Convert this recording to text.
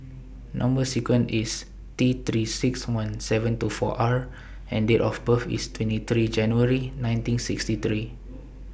Number sequence IS T three six one seven two four R and Date of birth IS twenty three January nineteen sixty three